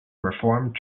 reformed